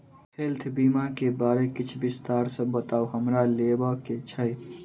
Health बीमा केँ बारे किछ विस्तार सऽ बताउ हमरा लेबऽ केँ छयः?